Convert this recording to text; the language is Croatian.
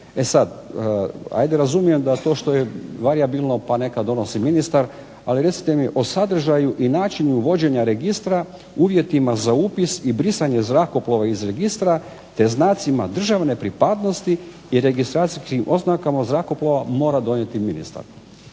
E sad, hajde razumijem da to što je varijabilno pa neka donosi ministar. Ali recite mi o sadržaju i načinu vođenja registra, uvjetima za upis i brisanje zrakoplova iz registra, te znacima državne pripadnosti i registracijskim oznakama zrakoplova mora donijeti ministar.